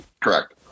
Correct